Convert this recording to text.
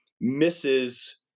misses